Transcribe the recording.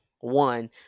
one